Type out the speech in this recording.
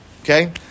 Okay